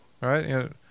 right